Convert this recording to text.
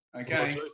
okay